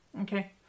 Okay